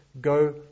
go